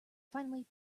finally